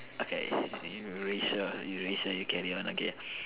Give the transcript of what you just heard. okay you racial you racial you get it one okay